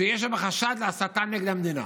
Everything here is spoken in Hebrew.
שיש שם חשד להסתה נגד המדינה.